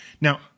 Now